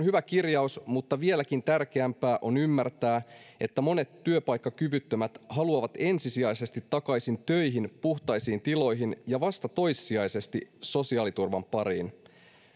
hyvä kirjaus mutta vieläkin tärkeämpää on ymmärtää että monet työpaikkakyvyttömät haluavat ensisijaisesti takaisin töihin puhtaisiin tiloihin ja vasta toissijaisesti sosiaaliturvan pariin